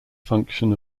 function